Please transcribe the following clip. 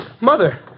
Mother